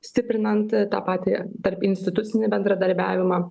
stiprinant tą patį tarpinstitucinį bendradarbiavimą